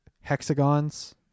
hexagons